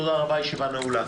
תודה רבה, התקנות אושרו.